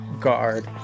Guard